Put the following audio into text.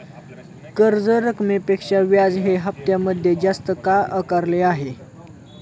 कर्ज रकमेपेक्षा व्याज हे हप्त्यामध्ये जास्त का आकारले आहे?